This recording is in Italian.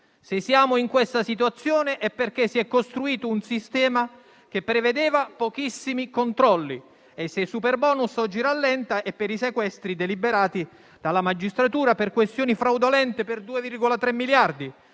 Se siamo in questa situazione, è perché si è costruito un sistema che prevedeva pochissimi controlli e se il superbonus oggi rallenta è per i sequestri deliberati dalla magistratura per questioni fraudolente, per 2,3 miliardi,